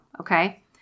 Okay